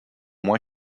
moins